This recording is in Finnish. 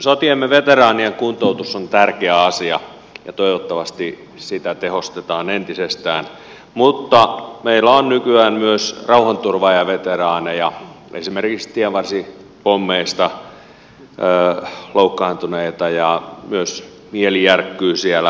sotiemme veteraanien kuntoutus on tärkeä asia ja toivottavasti sitä tehostetaan entisestään mutta meillä on nykyään myös rauhanturvaajaveteraaneja esimerkiksi tienvarsipommeista loukkaantuneita ja mieli järkkyy myös siellä